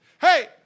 hey